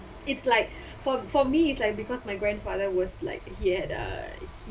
it's like for for me it's like because my grandfather was like he had uh h~